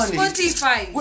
Spotify